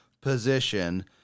position